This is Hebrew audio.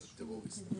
עברת ליד זה אלף פעמים.